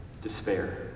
Despair